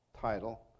title